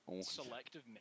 selective